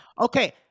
Okay